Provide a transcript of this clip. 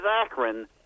Akron